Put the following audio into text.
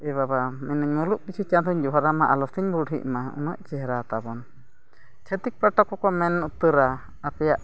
ᱮ ᱵᱟᱵᱟ ᱢᱮᱱᱟᱹᱧ ᱢᱩᱞᱩᱜ ᱯᱤᱪᱷᱩ ᱪᱟᱸᱫᱳᱧ ᱡᱚᱦᱟᱨᱟᱢᱟ ᱟᱞᱚᱥᱮᱧ ᱵᱩᱰᱷᱤᱜᱼᱢᱟ ᱩᱱᱟᱹᱜ ᱪᱮᱦᱨᱟ ᱛᱟᱵᱚᱱ ᱪᱷᱟᱹᱛᱤᱠ ᱯᱟᱴᱷᱚᱠ ᱦᱚᱸᱠᱚ ᱢᱮᱱ ᱩᱛᱟᱹᱨᱟ ᱟᱯᱮᱭᱟᱜ